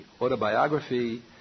autobiography